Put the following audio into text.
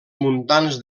muntants